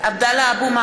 (קוראת בשמות חברי הכנסת) עבדאללה אבו מערוף,